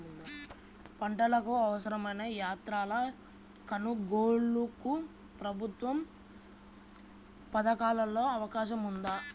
పంటకు అవసరమైన యంత్రాల కొనగోలుకు ప్రభుత్వ పథకాలలో అవకాశం ఉందా?